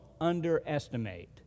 underestimate